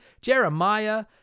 Jeremiah